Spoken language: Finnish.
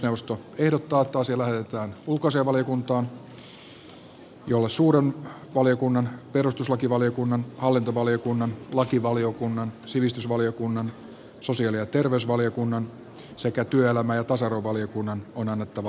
puhemiesneuvosto ehdottaa että asia lähetetään ulkoasiainvaliokuntaan jolle suuren valiokunnan perustuslakivaliokunnan hallintovaliokunnan lakivaliokunnan sivistysvaliokunnan sosiaali ja terveysvaliokunnan sekä työelämä ja tasa arvovaliokunnan on annettava lausunto